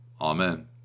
Amen